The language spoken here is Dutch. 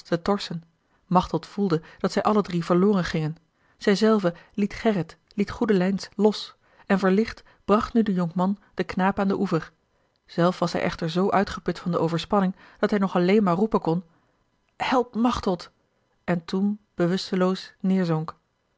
te torsten machteld voelde dat zij alle drie verloren gingen zij zelve liet gerrit liet goedelijns los en verlicht bracht nu de jonkman den knaap aan den oever zelf was hij echter zoo uitgeput van de overspanning dat hij nog alleen maar roepen kon helpt machteld en toen bewusteloos neêrzonk